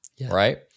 right